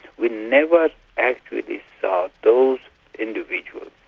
will never actually saw those individuals,